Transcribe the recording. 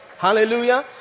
Hallelujah